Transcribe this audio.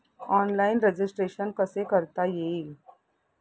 Online registration कसे करता येईल?